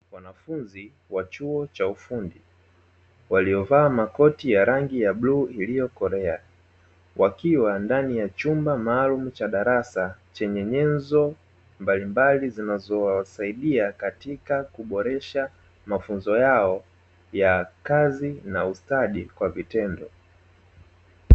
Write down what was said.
Wanafunzi wa chuo cha ufundi waliovaa makoti ya rangi ya bluu iliyokorea, wakiwa ndani ya chumba maalumu cha darasa, chenye nyenzo mbalimbali zinazowasaidia katika kuboresha mafunzo yao, ya kazi na ustadi kwa vitendo.